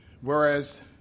Whereas